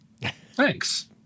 Thanks